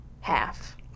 half